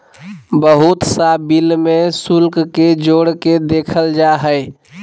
बहुत सा बिल में शुल्क के जोड़ के देखल जा हइ